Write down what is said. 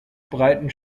breiten